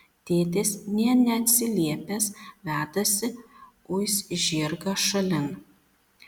tėtis nė neatsiliepęs vedasi uis žirgą šalin